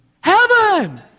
Heaven